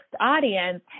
audience